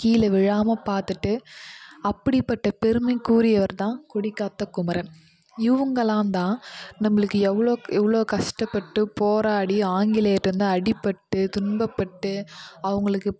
கீழே விழாமல் பார்த்துட்டு அப்படிபட்ட பெருமைக்குரியவர் தான் கொடிக்காத்த குமரன் இவங்கள்லாந்தான் நம்மளுக்கு எவ்வளோக்கு எவ்வளோ கஷ்டப்பட்டு போராடி ஆங்கிலேயர்கிட்டேர்ந்து அடிபட்டு துன்பப்பட்டு அவங்களுக்கு